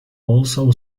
also